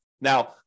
Now